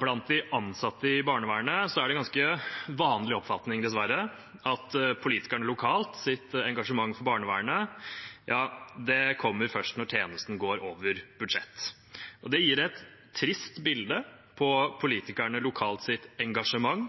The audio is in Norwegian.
Blant de ansatte i barnevernet er det dessverre en ganske vanlig oppfatning at politikernes engasjement lokalt for barnevernet kommer først når tjenesten går over budsjett. Det gir et trist bilde av politikernes engasjement lokalt,